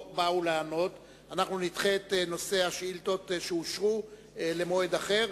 אנחנו נדחה את נושא השאילתות שאושרו למועד אחר.